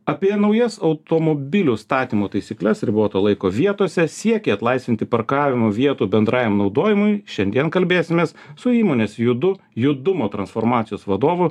apie naujas automobilių statymo taisykles riboto laiko vietose siekia atlaisvinti parkavimo vietų bendrajam naudojimui šiandien kalbėsimės su įmonės judu judumo transformacijos vadovu